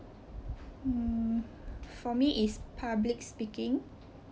hmm for me it's public speaking